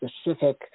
specific